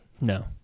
No